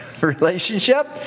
relationship